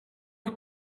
els